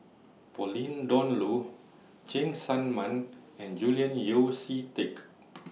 Pauline Dawn Loh Cheng Tsang Man and Julian Yeo See Teck